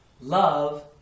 Love